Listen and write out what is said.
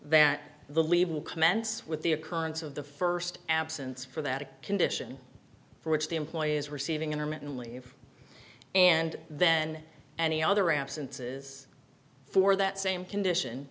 commence with the occurrence of the first absence for that a condition for which the employee is receiving intermittently and then any other absences for that same condition